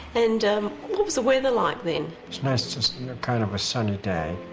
and um what was the weather like then? it's nice, just kind of a sunny day.